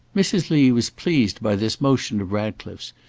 mrs. lee was pleased by this motion of ratcliffe's,